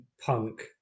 punk